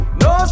no